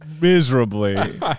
miserably